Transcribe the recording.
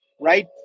right